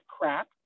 crap